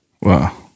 Wow